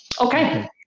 Okay